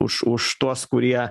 už už tuos kurie